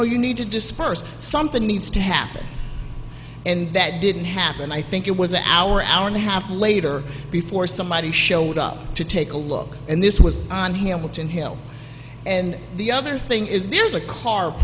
know you need to disperse something needs to happen and that didn't happen i think it was an hour hour and a half later before somebody showed up to take a look and this was on hamilton hill and the other thing is there's a car